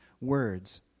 words